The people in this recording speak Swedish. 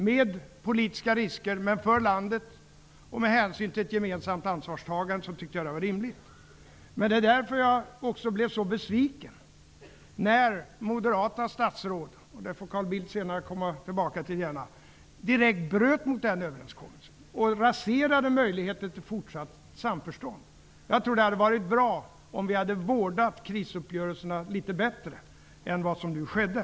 Det medförde politiska risker, men för landet och med hänsyn till ett gemensamt ansvarstagande tyckte jag det var rimligt. Det är därför jag också blev så besviken när moderata statsråd -- och det får Carl Bildt senare gärna komma tillbaka till -- direkt bröt mot den överenskommelsen och raserade möjligheten till fortsatt samförstånd. Jag tror det hade varit bra om vi hade vårdat krisuppgörelserna litet bättre än vad som nu skedde.